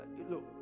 Look